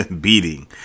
beating